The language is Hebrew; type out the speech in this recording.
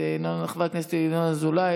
את חבר הכנסת ינון אזולאי,